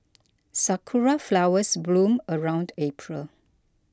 sakura flowers bloom around April